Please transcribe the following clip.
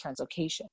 translocation